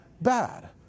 bad